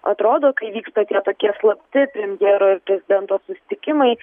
atrodo kai vyksta tie tokie slapti premjero ir prezidento susitikimai